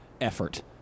effort